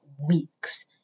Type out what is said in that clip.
weeks